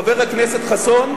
חבר הכנסת חסון,